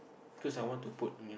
cause I want to put near